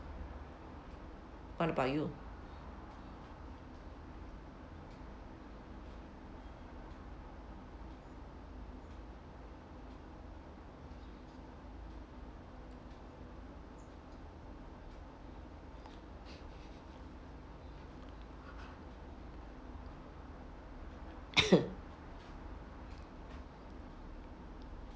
what about you